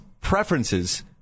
preferences